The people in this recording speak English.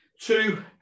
two